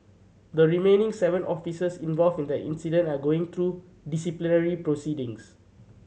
the remaining seven officers involved in the incident are going through disciplinary proceedings